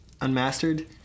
Unmastered